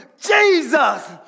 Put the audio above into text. Jesus